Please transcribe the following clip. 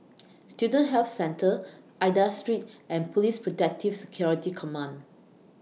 Student Health Centre Aida Street and Police Protective Security Command